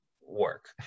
work